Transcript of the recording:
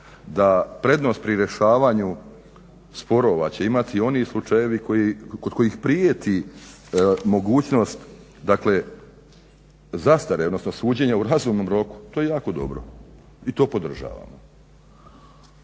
da prednost pri rješavanju sporova će imati oni slučajevi kod kojih prijeti mogućnost, dakle zastare odnosno suđenja u razumnom roku. To je jako dobro i to podržavamo.